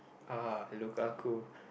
uh Lukaku